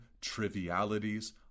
trivialities